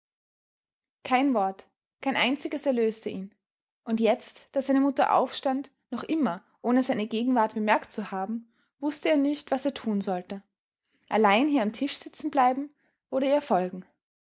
kein wort kein einziges erlöste ihn und jetzt da seine mutter aufstand noch immer ohne seine gegenwart bemerkt zu haben wußte er nicht was er tun sollte allein hier beim tisch sitzen bleiben oder ihr folgen